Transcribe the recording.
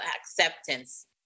acceptance